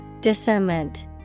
Discernment